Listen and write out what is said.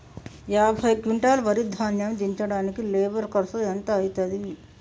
యాభై క్వింటాల్ వరి ధాన్యము దించడానికి లేబర్ ఖర్చు ఎంత అయితది?